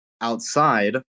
outside